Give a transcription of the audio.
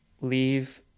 leave